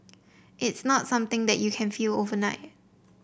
it's not something that you can feel overnight